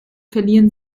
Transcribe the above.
verlieren